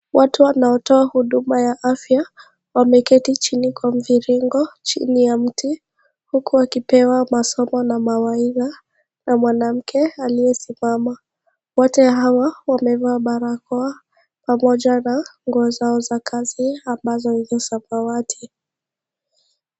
Watu wanaotoa huduma za afya wameketi chini kwa mviringo chini ya mti huku wakipewa masomo na mawaidha na mwanamke aliyesimama. Wote wawili wamevaa barakoa pamoja na nguo zao za kazi ambazo ni samawati.